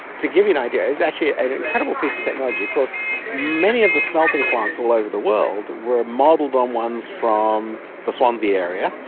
to give you an idea, it's actually ah an incredible piece of technology. of course many of the smelting plants all over the world were modelled on ones from the swansea area,